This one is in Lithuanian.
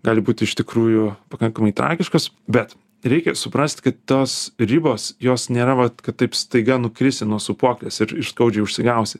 gali būt iš tikrųjų pakankamai tragiškos bet reikia suprast kad tos ribos jos nėra vat kad taip staiga nukrisi nuo sūpuoklės ir ir skaudžiai užsigausi